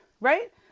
right